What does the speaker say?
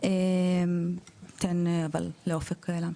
אני אתן אבל לאופק להמשיך.